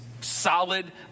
solid